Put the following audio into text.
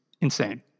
insane